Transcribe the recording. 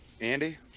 Andy